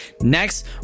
next